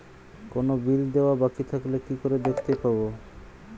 কোনো বিল দেওয়া বাকী থাকলে কি করে দেখতে পাবো?